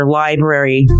library